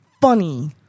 funny